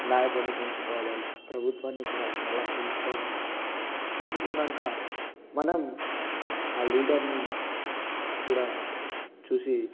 నాయకున్ని ఎంచుకోవాలి ప్రభుత్వాన్ని కూడా చాలా ఎంచుకోవాలి ఎంచుకోనంక మనం ఆ లీడర్ని చూడ చూసి